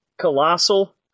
colossal